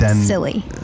silly